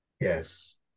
Yes